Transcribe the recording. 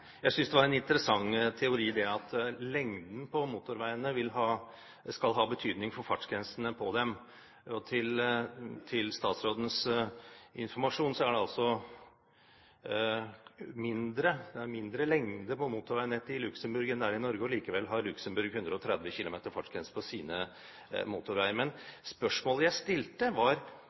Jeg synes det var en interessant teori at lengden på motorveiene skal ha betydning for fartsgrensene på dem. Til statsrådens informasjon er det mindre lengde på motorveinettet i Luxembourg enn det det er i Norge, og likevel har Luxembourg 130 km/t fartsgrense på sine motorveier. Men spørsmålet jeg stilte, var